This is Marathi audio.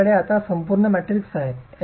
माझ्याकडे आता संपूर्ण मॅट्रिक्स आहे